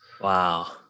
Wow